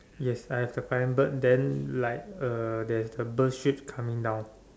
yes I have the flying bird then like a there's a bird shit coming down